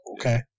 Okay